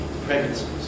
pregnancies